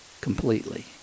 completely